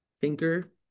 thinker